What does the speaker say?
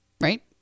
Right